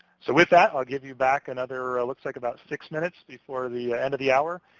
so with that, i'll give you back another looks like about six minutes before the end of the hour.